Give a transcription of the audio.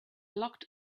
locked